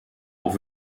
auch